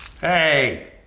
Hey